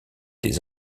des